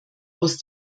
aus